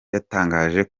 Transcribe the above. yatangaje